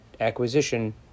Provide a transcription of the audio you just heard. acquisition